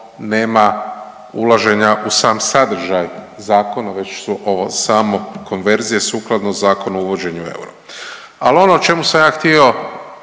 nema ulaženja u sam sadržaj zakona već su ovo samo konverzije sukladno Zakonu o uvođenju eura. Ali ono o čemu sam ja htio